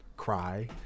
cry